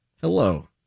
Hello